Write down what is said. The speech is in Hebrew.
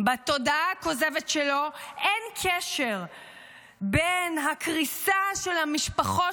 בתודעה הכוזבת שלו אין קשר בין הקריסה של משפחות